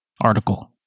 article